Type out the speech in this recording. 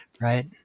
right